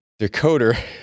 decoder